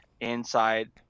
inside